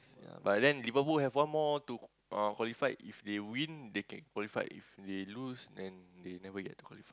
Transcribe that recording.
ya but then Liverpool have one more to uh qualify if they win they can qualify if they lose then they never get to qualify ya